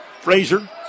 Frazier